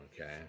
okay